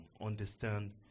understand